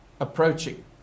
approaching